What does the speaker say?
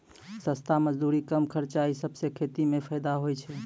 सस्ता मजदूरी, कम खर्च ई सबसें खेती म फैदा होय छै